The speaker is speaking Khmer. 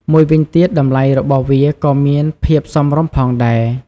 មួយវិញទៀតតម្លៃរបស់វាក៏មានភាពសមរម្យផងដែរ។